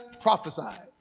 prophesied